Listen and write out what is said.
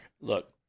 Look